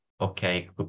okay